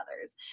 others